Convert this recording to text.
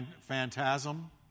phantasm